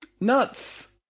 Nuts